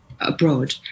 abroad